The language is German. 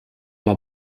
mal